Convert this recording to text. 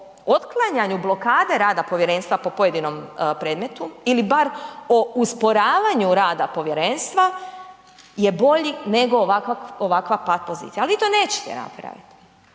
otklanjanju, blokade rada povjerenstva po pojedinom predmetu ili bar o usporavanju rada povjerenstva je bolji nego ovakva pat pozicija. Ali vi to nećete napraviti